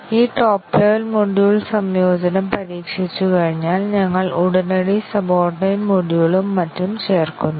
ഈ top level module സംയോജനം പരീക്ഷിച്ചുകഴിഞ്ഞാൽ ഞങ്ങൾ ഉടനടി സബോർഡിനേറ്റ് മൊഡ്യൂളും മറ്റും ചേർക്കുന്നു